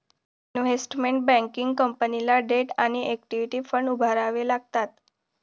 investment banking कंपनीला debt आणि equity fund उभारावे लागतात